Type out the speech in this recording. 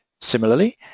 Similarly